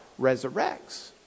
resurrects